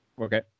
Okay